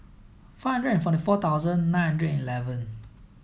five hundred and forty four thousand nine hundred and eleven